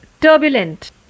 turbulent